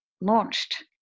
launched